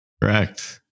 Correct